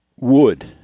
wood